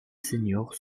seniors